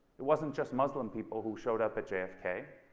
it wasn't just muslim people who showed up at j f k.